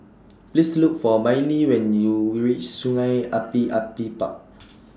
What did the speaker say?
Please Look For Mylie when YOU REACH Sungei Api Api Park